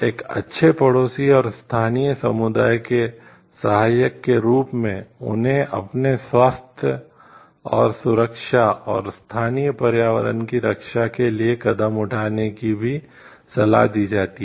एक अच्छे पड़ोसी और स्थानीय समुदाय के सहायक के रूप में उन्हें अपने स्वास्थ्य और सुरक्षा और स्थानीय पर्यावरण की रक्षा के लिए कदम उठाने की भी सलाह दी जाती है